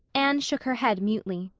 anne shook her head mutely.